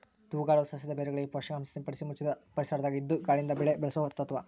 ತೂಗಾಡುವ ಸಸ್ಯದ ಬೇರುಗಳಿಗೆ ಪೋಷಕಾಂಶ ಸಿಂಪಡಿಸಿ ಮುಚ್ಚಿದ ಪರಿಸರದಾಗ ಇದ್ದು ಗಾಳಿಯಿಂದ ಬೆಳೆ ಬೆಳೆಸುವ ತತ್ವ